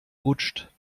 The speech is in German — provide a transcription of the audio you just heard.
rutscht